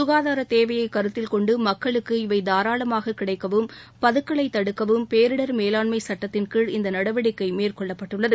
சுகாதார தேவையை கருத்தில் கொண்டு மக்களுக்கு இவை தாராளமாகக் கிடைக்கவும் பதுக்கலைத் தடுக்கவும் பேரிடர் மேலாண்மை சட்டத்தின்கீழ் இந்த நடவடிக்கை மேற்கொள்ளப்பட்டுள்ளது